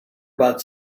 about